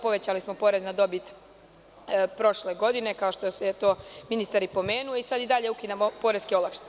Povećali smo porez na dobit prošle godine, kao što je to ministar i pomenuo, a sada i dalje ukidamo poreske olakšice.